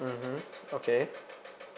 mmhmm okay